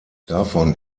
davon